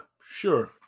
sure